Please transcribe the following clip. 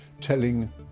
telling